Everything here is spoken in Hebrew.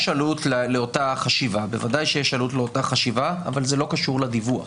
יש עלות לאותה חשיבה, אבל זה לא קשור לדיווח.